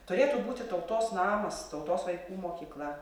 turėtų būti tautos namas tautos vaikų mokykla